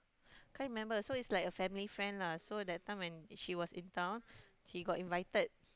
can't remember so it's like a family friend lah so that time when she was in town he got invited